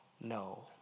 no